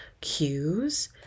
cues